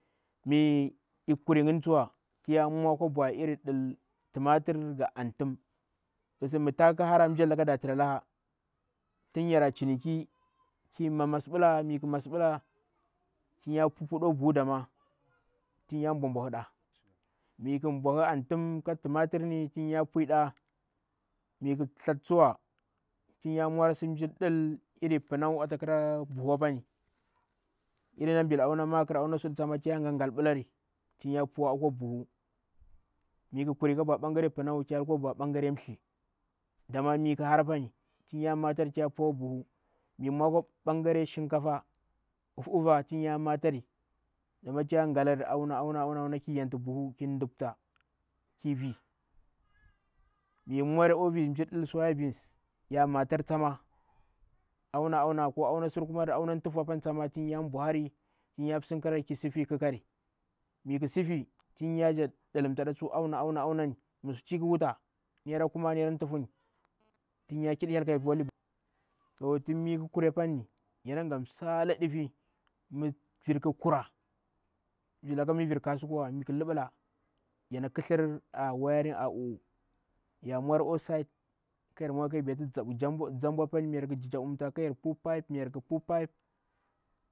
Mi ei kiri ngini tsuwa tin ya mwar aboay mjir ghisin mitahu khara datra laha, tin yira chiniki ki mamas bla tin datra laha tin ya mbou boamhɗa. mi ei ghi bamh anfim ka tum. atun ni in buey-ɗa. Tinya mwa asi mjir ɗil pnau ata buhu apani, iri na mila auna makr auna foar tin yaya galblari tin ya pu wa'a kwoi buhu tin ya mwa bwa bangaran mthi miki hara pani tin ya matar tumya buwa akwo bahiu. mii mwa akwa bangen mjir shinkafa uffufuri tinya mata ya galla auna auna mighu yantu buhu ti ya duptar. Tinya mwan bonw mjir suya beans auna auna kinya galari ko auna sikumar ko auna tuhfu tinya bwahar tinya sin krari. Misifi tin ya jan ɗi linta da tsu ama amani mi suti eikhi wuta naira kuma naira tuhfuni tinya kiɗi hyel. So tin mikuri pani yanaga msaledifi; mi vir khikira, villaka mi virkasu kuwa yana khithir awayarina uu, yamwar akwa side kayar baitu jambpog nzamb mbwa kayar baitu pupu pipe.